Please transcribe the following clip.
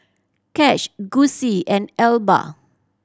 Cash Gussie and Elba